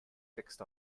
fixed